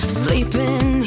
sleeping